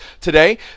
today